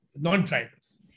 non-tribals